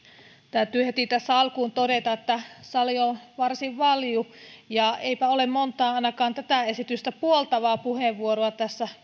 täytyy heti tässä alkuun todeta että sali on varsin valju ja eipä ole monta ainakaan tätä esitystä puoltavaa puheenvuoroa